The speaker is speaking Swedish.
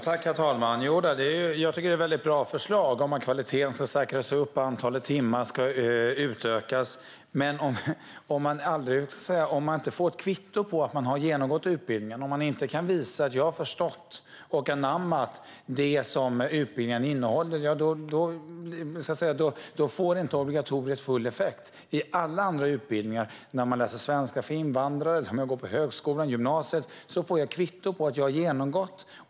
Herr talman! Jodå, jag tycker att det är ett väldigt bra förslag att kvaliteten ska säkras och att antalet timmar ska utökas. Men om man inte får ett kvitto på att man har genomgått utbildningen och om man inte kan visa att man har förstått och anammat det som utbildningen innehåller får obligatoriet inte full effekt. I alla andra utbildningar - när man läser svenska för invandrare och när man går på högskolan och gymnasiet - får man ett kvitto på att man har genomgått utbildningen.